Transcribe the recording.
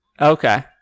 okay